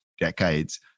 decades